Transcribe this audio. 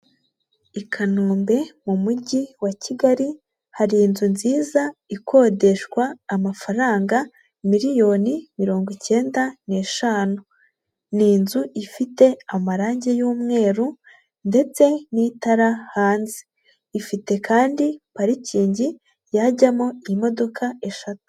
I Kanombe mu Mujyi wa Kigali hari inzu nziza, ikodeshwa amafaranga miliyoni mirongo icyenda n'eshanu, ni inzu ifite amarangi y'umweru ndetse n'itara hanze, ifite kandi parikingi yajyamo imodoka eshatu.